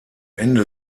ende